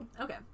okay